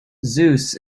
zeus